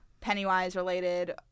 Pennywise-related